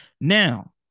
Now